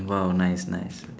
!wow! nice nice